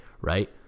right